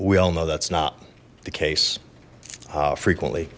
we all know that's not the case frequently